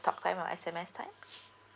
talk time or S_M_S time